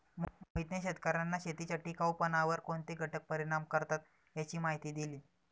मोहितने शेतकर्यांना शेतीच्या टिकाऊपणावर कोणते घटक परिणाम करतात याची माहिती दिली